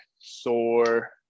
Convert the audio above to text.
sore